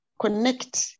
connect